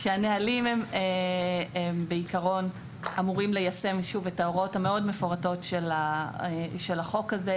הנהלים הם בעיקרון אמורים ליישם את ההוראות המאוד מפורטות של החוק הזה.